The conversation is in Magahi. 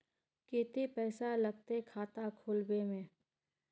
केते पैसा लगते खाता खुलबे में?